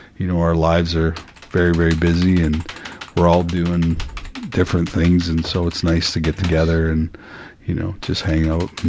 you know our lives are very very busy and we're all doing different things, and so it's nice to get together and you know, just hang out.